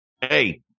Hey